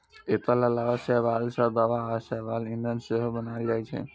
एकर अलावा शैवाल सं दवा आ शैवाल ईंधन सेहो बनाएल जाइ छै